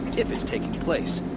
if it's taking place,